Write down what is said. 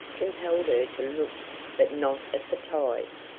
compelled her to look but not at the ties.